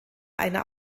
einer